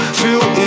feel